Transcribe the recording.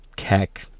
Heck